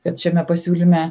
kad šiame pasiūlyme